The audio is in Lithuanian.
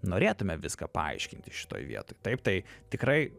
norėtume viską paaiškinti šitoj vietoj taip tai tikrai